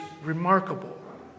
remarkable